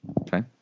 Okay